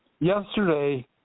yesterday